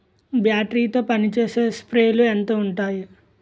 Battery తో పనిచేసే స్ప్రేలు ఎంత ఉంటాయి?